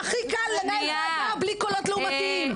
הרי זה הכי קל לנהל ועדה ללא קולות לעומתיים,